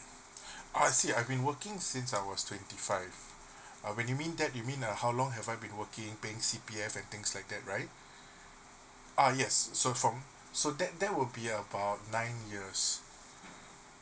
I see I've been working since I was twenty five when you mean that you mean uh how long have I been working paying C_P_F and things like that right ah yes so from so that that will be about nine years